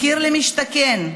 מחיר למשתכן,